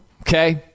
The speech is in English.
okay